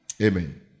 Amen